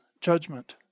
judgment